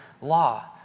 law